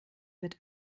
wird